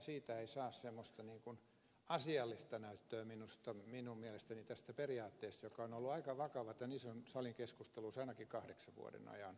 siitä ei saa semmoista asiallista näyttöä minun mielestäni tästä periaatteesta joka on ollut aika vakava tämän ison salin keskusteluissa ainakin kahdeksan vuoden ajan